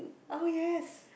oh yes